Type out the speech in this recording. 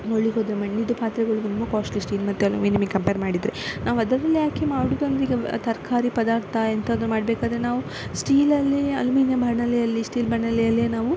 ನೋಡಲಿಕ್ಕೋದ್ರೆ ಮಣ್ಣಿನದು ಪಾತ್ರೆಗಳು ತುಂಬ ಕಾಸ್ಟ್ಲಿ ಸ್ಟೀಲ್ ಮತ್ತು ಅಲ್ಯೂಮಿನಿಯಮ್ಮಿಗೆ ಕಂಪೇರ್ ಮಾಡಿದರೆ ನಾವು ಅದರಲ್ಲೇ ಯಾಕೆ ಮಾಡುವುದಂದ್ರೆ ಈಗ ತರಕಾರಿ ಪದಾರ್ಥ ಎಂಥಾದ್ರೂ ಮಾಡಬೇಕಾದ್ರೆ ನಾವು ಸ್ಟೀಲಲ್ಲಿ ಅಲ್ಯೂಮಿನಿಯಮ್ ಬಾಣಲೆಯಲ್ಲಿ ಸ್ಟೀಲ್ ಬಾಣಲೆಯಲ್ಲೇ ನಾವು